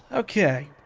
okay.